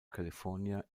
california